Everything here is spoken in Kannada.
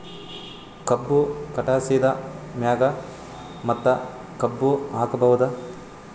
ಕಬ್ಬು ಕಟಾಸಿದ್ ಮ್ಯಾಗ ಮತ್ತ ಕಬ್ಬು ಹಾಕಬಹುದಾ?